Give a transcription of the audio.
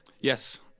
Yes